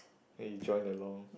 then you join along